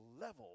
level